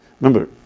remember